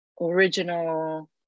original